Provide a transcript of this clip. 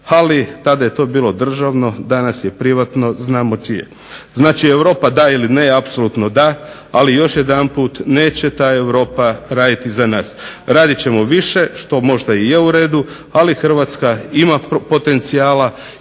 ali tada je to bilo državno, danas je privatno, znamo čije. Znači Europa da ili ne, apsolutno da ali još jedanput, neće ta Europa raditi za nas. Radit ćemo više što možda i je u redu, ali Hrvatska ima potencijala